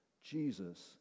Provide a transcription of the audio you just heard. Jesus